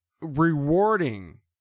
rewarding